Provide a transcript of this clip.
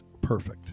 perfect